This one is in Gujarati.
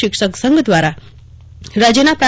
શિક્ષક સંઘ દ્વારા રાજ્યના પ્રા